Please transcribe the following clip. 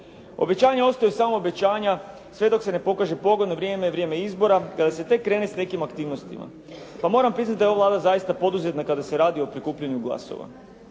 Obećanja ostaju samo obećanja sve dok se ne pokaže pogodno vrijeme, vrijeme izbora kada se tek krene s nekim aktivnostima pa moram priznati da je ova Vlada zaista poduzetna kada se radi o prikupljanju glasova.